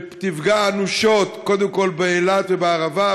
שתפגע אנושות קודם כול באילת ובערבה,